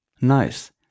Nice